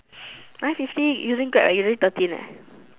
nine fifty using Grab eh you say thirteen leh